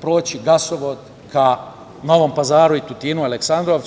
proći gasovod ka Novom Pazaru, Tutinu, Aleksandrovcu?